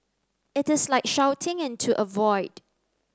it is like shouting into a void